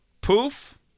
Poof